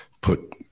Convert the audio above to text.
put